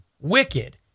wicked